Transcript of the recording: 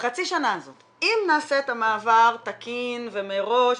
בחצי שנה הזאת אם נעשה את המעבר תקין ומראש ונתכנן,